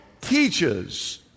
teaches